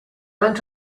went